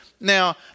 Now